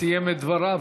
סיים את דבריו?